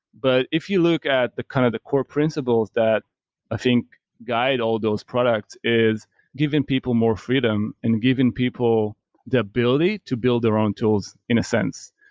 but if you look at kind of the core principles that i think guide all those products is giving people more freedom and giving people the ability to build their own tools in a sense,